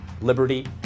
liberty